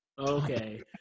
Okay